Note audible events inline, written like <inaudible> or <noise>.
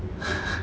<laughs>